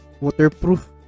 waterproof